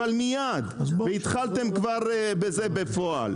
וכבר התחלתם בזה בפועל.